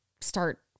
start